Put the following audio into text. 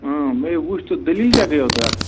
میٚے وُچھ تہٕ دٔلیٖل کیٛاہ گٔیوٕ تۄہہِ اَتھ